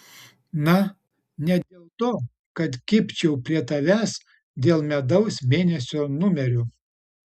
na ne dėl to kad kibčiau prie tavęs dėl medaus mėnesio numerių